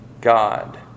God